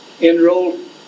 enrolled